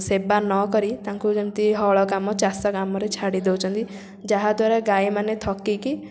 ସେବା ନକରି ତାଙ୍କୁ ଯେମିତି ହଳ କାମ ଚାଷ କାମରେ ଛାଡ଼ି ଦେଉଛନ୍ତି ଯାହା ଦ୍ୱାରା ଗାଈମାନେ ଥକିକି